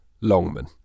Longman